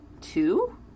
two